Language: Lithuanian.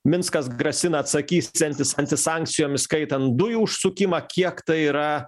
minskas grasina atsakysiantis antisankcijomis skaitant dujų užsukimą kiek tai yra